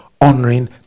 honoring